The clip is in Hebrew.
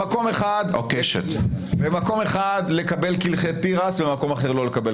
במקום אחד לקבל קלחי תירס ובמקום אחד לא,